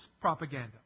propaganda